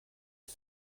est